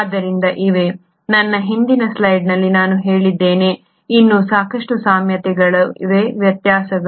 ಆದ್ದರಿಂದ ಇವೆ ನನ್ನ ಹಿಂದಿನ ಸ್ಲೈಡ್ನಲ್ಲಿ ನಾನು ಹೇಳಿದ್ದೇನೆ ಇನ್ನೂ ಸಾಕಷ್ಟು ಸಾಮ್ಯತೆಗಳಿವೆ ವ್ಯತ್ಯಾಸಗಳು